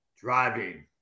driving